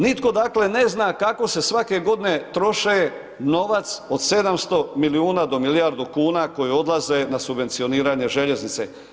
Nitko, dakle, ne zna kako se svake godine troše novac od 700 milijuna do milijardu kuna koje odlaze na subvencioniranje željeznice.